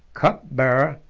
cup-bearer,